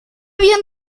bien